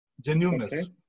genuineness